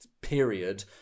period